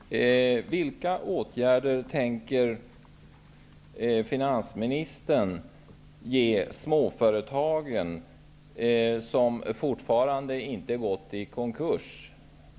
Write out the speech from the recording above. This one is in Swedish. Fru talman! Vilka åtgärder tänker finansministern vidta för de småföretag som ännu inte har gått i konkurs?